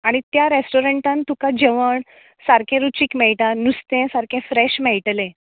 आनी त्या रेस्टोरंटान तुका जेवण सारकें रुचीक मेळटा नुस्तें सारकें फ्रेश मेळटलें